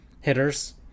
hitters